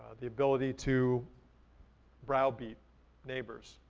the ability to browbeat neighbors,